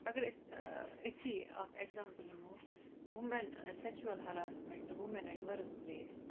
اَگَر أسۍ أتھی اکھ ایٚگزامپل نِمو women sexual harassment women at work police